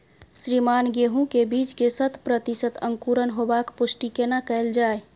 श्रीमान गेहूं के बीज के शत प्रतिसत अंकुरण होबाक पुष्टि केना कैल जाय?